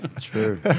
true